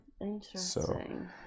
Interesting